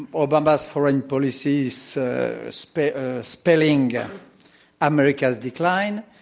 obama's foreign policy so spelling ah spelling yeah america's decline,